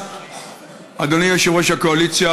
אדוני יושב-ראש הקואליציה,